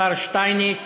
השר שטייניץ,